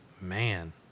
Man